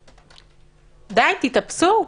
די, תתאפסו.